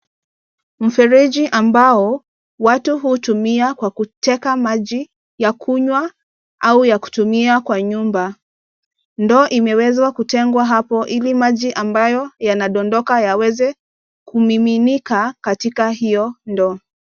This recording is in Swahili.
Mfereji ambao watu hutumia kwa kuteka maji ya kunywa au ya kutumia kwa nyumba ndoo imeweza kutengwa hapo ili maji ambayo yanadodoka yaweze kumiminika katika hiyo ndoo.